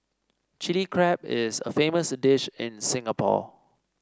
Chilli Crab is a famous dish in Singapore